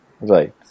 Right